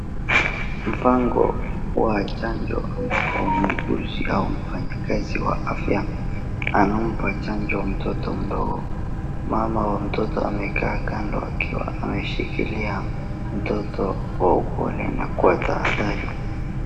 Mpango wa chanjo ambapo umeguzia mfanya kazi wa afya anampa chanjo mtoto mdogo, mama wa mtoto amekaa kando akiwa ameshikilia mtoto kwa upole na kwa tahadhari.